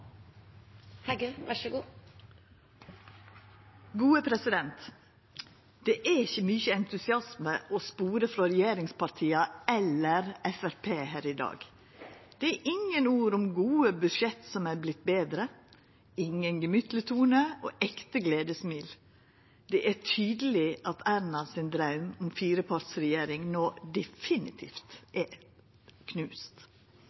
Det er ikkje mykje entusiasme å spora frå regjeringspartia eller Framstegspartiet her i dag. Det er ingen ord om gode prosjekt som har vorte betre, ingen gemyttleg tone og ekte gledessmil. Det er tydeleg at Ernas draum om ei firepartiregjering no definitivt er knust.